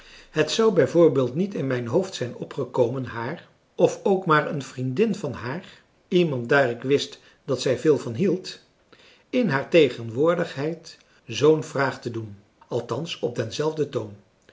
het zou bij voorbeeld niet in mijn hoofd zijn opgekomen haar of ook maar een vriendin van haar iemand daar ik wist dat zij veel van hield in haar tegenwoordigheid zoo'n vraag te doen althans op denzelfden toon